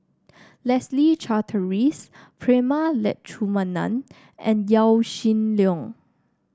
Leslie Charteris Prema Letchumanan and Yaw Shin Leong